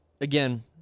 again